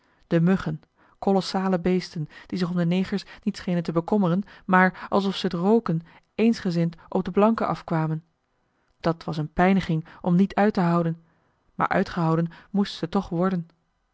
de muggen kolossale beesten die zich om de negers niet schenen te bekommeren maar alsof ze het roken eensgezind op den blanke afkwamen dat was een pijniging om niet uit te houden maar uitgehouden moest ze toch worden